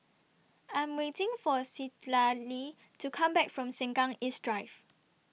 I'm waiting For Citlalli to Come Back from Sengkang East Drive